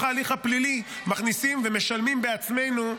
ההליך הפלילי אנחנו מכניסים ומשלמים בעצמנו,